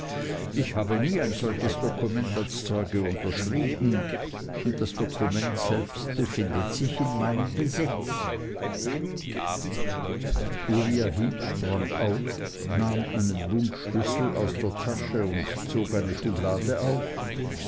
ich habe nie ein solches dokument als zeuge unterschrieben und das dokument selbst befindet sich in meinem besitz uriah heep sprang auf nahm einen bund schlüssel aus der tasche und zog eine schublade auf